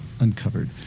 uncovered